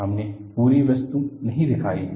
हमने पूरी वस्तु नहीं दिखाई है